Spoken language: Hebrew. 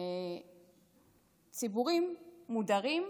ציבורים מודרים.